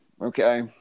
okay